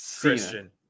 Christian